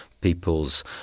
people's